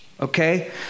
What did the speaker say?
Okay